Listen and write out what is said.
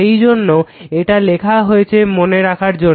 সেইজন্য এটা লেখা হয়েছে মনে রাখার জন্য